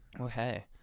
Okay